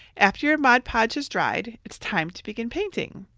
after your mod podge has dried its time to begin painting.